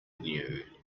new